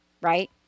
right